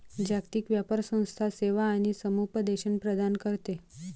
जागतिक व्यापार संस्था सेवा आणि समुपदेशन प्रदान करते